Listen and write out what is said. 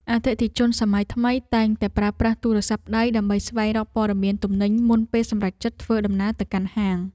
អតិថិជនសម័យថ្មីតែងតែប្រើប្រាស់ទូរស័ព្ទដៃ ដើម្បីស្វែងរកព័ត៌មានទំនិញមុនពេលសម្រេចចិត្តធ្វើដំណើរទៅកាន់ហាង។